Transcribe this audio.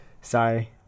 sorry